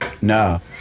no